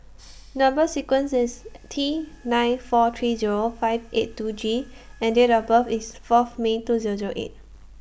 Number sequence IS T nine four three Zero five eight two G and Date of birth IS Fourth May two Zero Zero eight